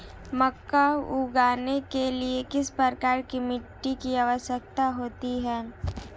मक्का उगाने के लिए किस प्रकार की मिट्टी की आवश्यकता होती है?